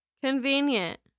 Convenient